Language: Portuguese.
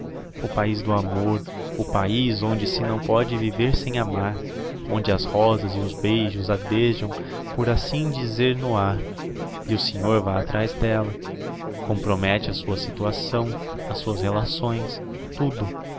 o país do amor o país onde se não pode viver sem amar onde as rosas e os beijos adejam por assim dizer no ar e o senhor vae atrás d'ella compromette a sua situação as suas relações tudo